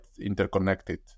interconnected